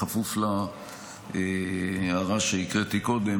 בכפוף להערה שהקראתי קודם,